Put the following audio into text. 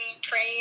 train